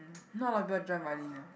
not a lot of people join violin ah